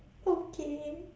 okay